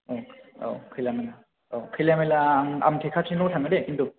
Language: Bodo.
औ औ खैला मैला औ खैलामैला आं आमथेखासिमल' थाङो दे खिन्थु